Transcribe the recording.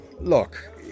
Look